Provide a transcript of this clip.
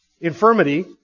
infirmity